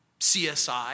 CSI